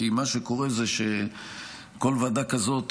כי מה שקורה זה שכל ועדה כזאת,